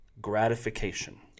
gratification